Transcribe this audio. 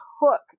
hook